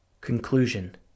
Conclusion